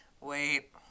Wait